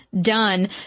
done